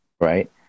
Right